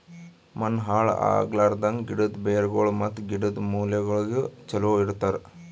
ಮಣ್ಣ ಹಾಳ್ ಆಗ್ಲಾರ್ದಂಗ್, ಗಿಡದ್ ಬೇರಗೊಳ್ ಮತ್ತ ಗಿಡದ್ ಮೂಲೆಗೊಳಿಗ್ ಚಲೋ ಇಡತರ್